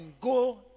go